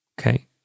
Okay